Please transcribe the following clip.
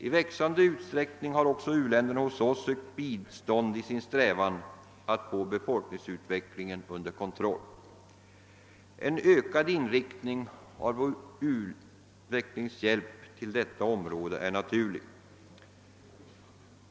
I växande utsträckning har också u-länderna hos oss sökt bistånd i sin strävan att få befolkningsutvecklingen under kontroll. En ökad inriktning av vår utvecklingshjälp till detta område är naturligt.